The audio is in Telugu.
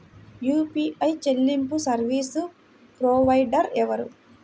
యూ.పీ.ఐ చెల్లింపు సర్వీసు ప్రొవైడర్ ఎవరు?